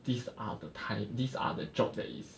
these are the time these are the job that is